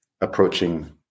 approaching